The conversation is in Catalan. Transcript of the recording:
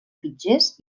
fitxers